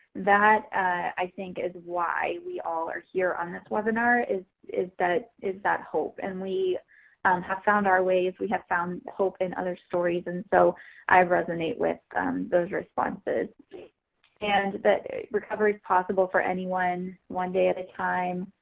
that i think is why we all are here on this webinar is is that is that hope and we um have found our ways we have found hope in other stories and so i resonate with those responses and that recovery is possible for anyone one day at a time